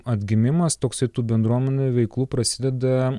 atgimimas toksai tų bendruomenių veiklų prasideda